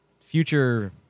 future